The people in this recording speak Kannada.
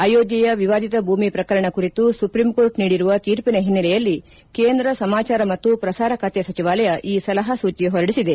ಅಯೋಧ್ಯೆಯ ವಿವಾದಿತ ಭೂಮಿ ಪ್ರಕರಣ ಕುರಿತು ಸುಪ್ರೀಂ ಕೋರ್ಟ್ ನೀಡಿರುವ ತೀರ್ಪಿನ ಹಿನ್ನೆಲೆಯಲ್ಲಿ ಕೇಂದ್ರ ಸಮಾಚಾರ ಮತ್ತು ಪ್ರಸಾರ ಖಾತೆ ಸಚಿವಾಲಯ ಈ ಸಲಹಾಸೂಚಿ ಹೊರಡಿಸಿದೆ